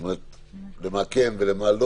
מה לא